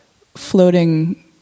floating